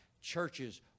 churches